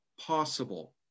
possible